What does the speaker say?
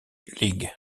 league